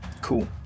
Cool